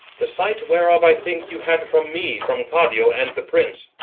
the sight whereof i think, you had from me, from claudio, and the prince.